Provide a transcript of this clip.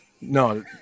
No